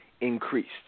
increased